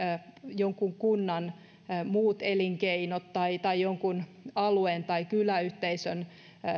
jonkun kunnan muut elinkeinot tai tai jonkun alueen tai kyläyhteisön